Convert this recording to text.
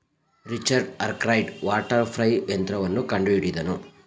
Richard Arkwright water frame ಯಂತ್ರವನ್ನು ಕಂಡುಹಿಡಿದನು